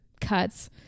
cuts